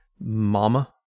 mama